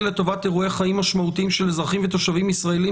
לטובת אירועי חיים משמעותיים של אזרחים ותושבים ישראליים